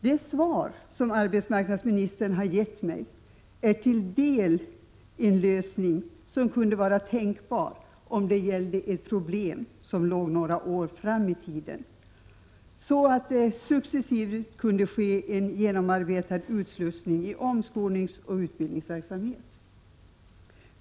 Det svar som arbetsmarknadsministern har gett mig innebär till en del en lösning som kunde vara tänkbar om det gällde ett problem som låg några år fram i tiden, så att det kunde ske en successiv och genomarbetad utslussning i omskolningsoch utbildningsverksamhet.